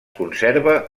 conserva